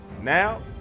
Now